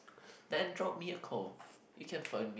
then drop me a call you can phone me